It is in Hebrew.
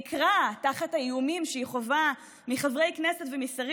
היא נקרעת תחת האיומים שהיא חווה מחברי כנסת ומשרים